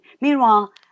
Meanwhile